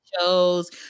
shows